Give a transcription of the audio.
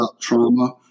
trauma